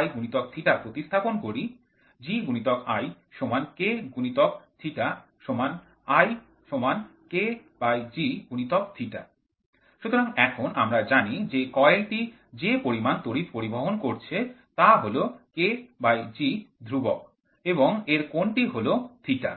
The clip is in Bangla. ×I ×θ প্রতিস্থাপন করি G × I K × θ I KG× θ সুতরাং এখন আমরা জানি যে কয়েলটি যে পরিমাণ তড়িৎ পরিবহন করছে তা হলKGধ্রুবক এবং এর কোণটি হল θ